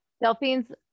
Delphine's